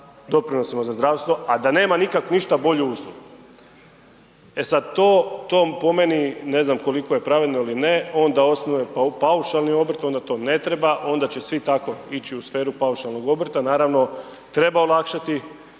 doprinosima za zdravstvo a da nema nikad ništa bolju uslugu. E sad to po meni ne znam koliko je pravedno ili ne, on da osnuje paušalni obrt ona to ne treba, onda će svi tako ići u sferu paušalnog obrta, naravno treba olakšati